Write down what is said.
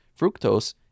Fructose